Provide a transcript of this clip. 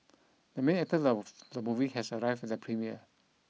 the main actor of the movie has arrived the premiere